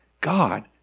God